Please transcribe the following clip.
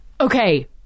Okay